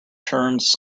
turns